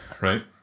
right